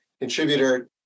contributor